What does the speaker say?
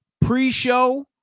pre-show